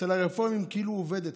הרפורמים כאילו הוא עובד אצלם,